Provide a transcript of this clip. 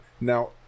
now